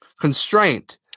Constraint